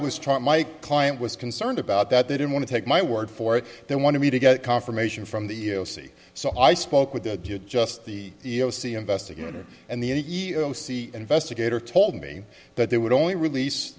was taught my client was concerned about that they don't want to take my word for it they want to me to get confirmation from the o c so i spoke with the just the e e o c investigator and the e e o c investigator told me that they would only release